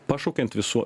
pašaukiant visų